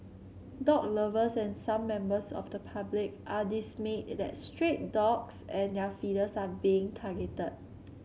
dog lovers and some members of the public are dismayed that stray dogs and their feeders are being targeted